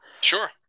Sure